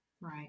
Right